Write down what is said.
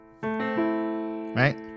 right